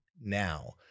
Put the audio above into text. now